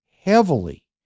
heavily